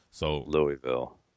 Louisville